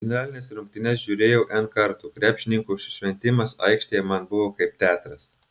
finalines rungtynes žiūrėjau n kartų krepšininkų šventimas aikštėje man buvo kaip teatras